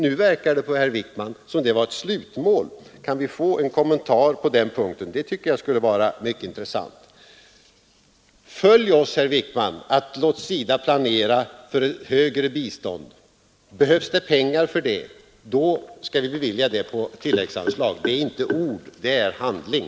Nu verkar det på herr Wickman som om det skulle vara ett slutmål. Kan vi få en kommentar på den punkten? Det tycker jag skulle vara mycket intressant. Följ vårt förslag, herr Wickman, att låta SIDA planera för en högre biståndsnivå. Behövs det pengar för det skall vi bevilja dem på tilläggsanslag. Det är inte ord, det är handling.